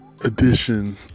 edition